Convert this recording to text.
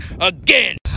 again